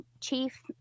chief